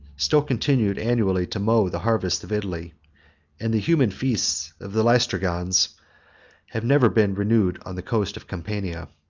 still continued annually to mow the harvests of italy and the human feasts of the laestrigons have never been renewed on the coast of campania.